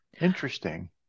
interesting